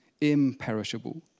imperishable